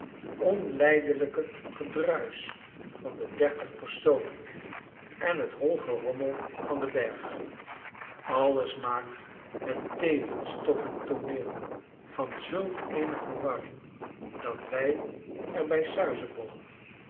onlijdelijkegedruisch van de dertig personen en het hoi gerommel van den berg alles maakt het tevens tot een tooneel van zulk eene verwarring dat wy er